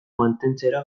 mantentzera